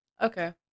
Okay